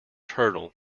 hurdle